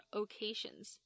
occasions